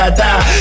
die